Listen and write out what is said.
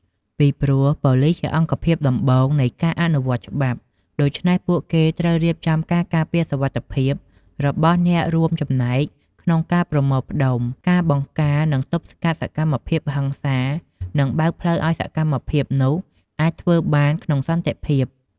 ពីព្រោះ ប៉ូលិសជាអង្គភាពដំបូងនៃការអនុវត្តច្បាប់ ដូច្នេះពួកគេត្រូវរៀបចំការការពារសុវត្ថិភាពរបស់អ្នករួមចំណែកក្នុងការប្រមូលផ្ដុំ ការបង្ការនឹងទប់ស្កាត់សកម្មភាពហិង្សា និងបើកផ្លូវឱ្យសកម្មភាពនោះអាចធ្វើបានក្នុងសន្តិភាព។